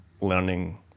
learning